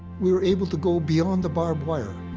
we were able to go beyond the barbed wire.